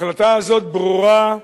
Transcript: ההחלטה הזאת ברורה,